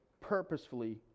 purposefully